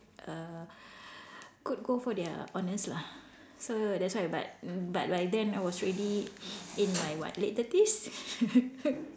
err could go for their honours lah so that's why but n~ but by then I was already in my what late thirties